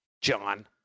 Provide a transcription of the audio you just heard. John